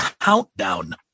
Countdown